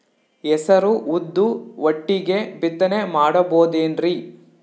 ಹೆಸರು ಉದ್ದು ಒಟ್ಟಿಗೆ ಬಿತ್ತನೆ ಮಾಡಬೋದೇನ್ರಿ?